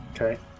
Okay